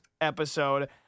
episode